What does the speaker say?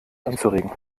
anzuregen